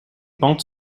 pentes